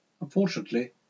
Unfortunately